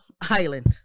island